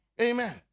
Amen